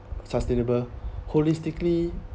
sustainable holistically